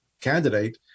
candidate